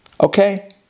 Okay